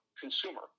consumer